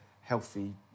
healthy